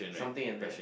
something in there